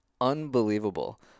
unbelievable